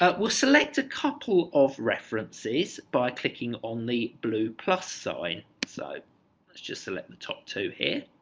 ah we'll select a couple of references by clicking on the blue plus sign so let's just select the top two here